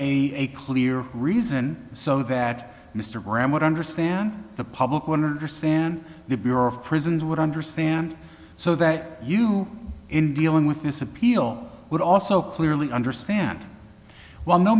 a clear reason so that mr graham would understand the public wonder stan the bureau of prisons would understand so that you in dealing with this appeal would also clearly understand well no